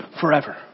forever